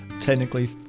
technically